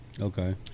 Okay